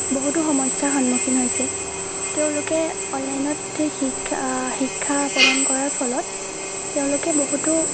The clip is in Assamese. বহুতো সমস্যাৰ সন্মুখীন হৈছে তেওঁলোকে অনলাইনত শি শিক্ষা প্ৰদান কৰাৰ ফলত তেওঁলোকে বহুতো